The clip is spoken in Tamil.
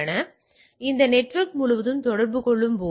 இப்போது எனவே நெட்வேர்க் முழுவதும் தொடர்பு கொள்ளும்போது